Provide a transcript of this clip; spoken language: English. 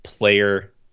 player